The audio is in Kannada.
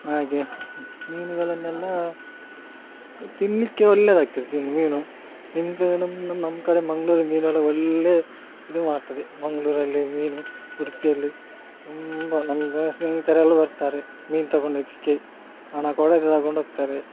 ಹಾಗೆ ಮೀನುಗಳನ್ನೆಲ್ಲ ತಿನ್ನಲಿಕ್ಕೆ ಒಳ್ಳೆಯದಾಗ್ತದೆ ತಿನ್ನು ಮೀನು ನಿಮಗೆ ನಮ್ಮ ನಮ್ಮ ಕಡೆ ಮಂಗಳೂರು ಮೀನೆಲ್ಲ ಒಳ್ಳೆ ಇದು ಮಾಡ್ತದೆ ಮಂಗಳೂರಲ್ಲಿ ಮೀನು ಉಡುಪಿಯಲ್ಲಿ ತುಂಬ ನಮ್ಗೆ ಸ್ನೇಹಿತರೆಲ್ಲ ಬರ್ತಾರೆ ಮೀನು ತಗೊಂಡೋಗೋಕ್ಕೆ ಹಣ ಕೊಡದೆ ತಗೊಂಡು ಹೋಗ್ತಾರೆ